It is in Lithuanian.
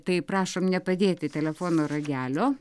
tai prašom nepadėti telefono ragelio